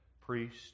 priest